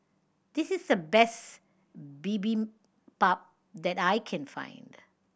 this is the best Bibimbap that I can find